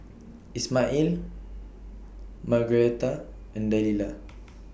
Ismael Margaretta and Delilah